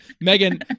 Megan